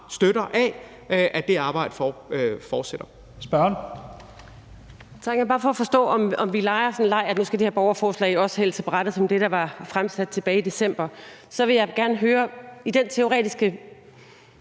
støtter af, altså at det arbejde fortsætter.